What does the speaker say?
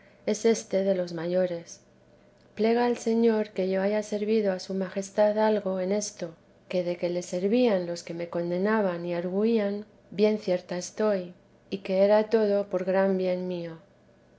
es éste de los mayores plega al señor que yo haya servido a su majestad algo en esto que de que le servían los que me condenaban y argüían bien cierta estoy y que era todo por gran bien mío